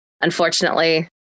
unfortunately